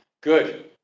Good